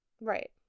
Right